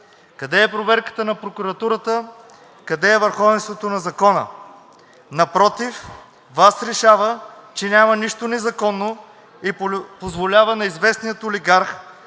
Къде е проверката на прокуратурата? Къде е върховенството на закона? Напротив, ВАС решава, че няма нищо незаконно и позволява на известния олигарх